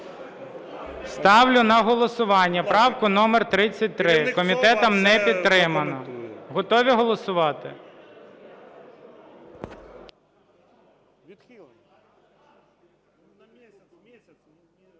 Ставлю на голосування правку номер 59. Комітетом не підтримана. Готові голосувати?